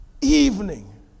evening